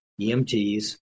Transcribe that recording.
EMTs